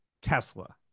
Tesla